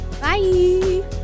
bye